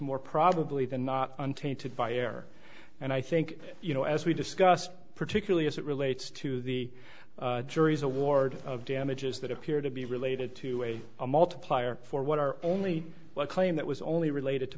more probably than not untainted by air and i think you know as we discussed particularly as it relates to the jury's award of damages that appear to be related to a a multiplier for what are only one claim that was only related to